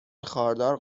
خاردار